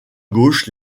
gauche